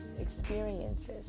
experiences